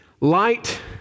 Light